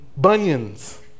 bunions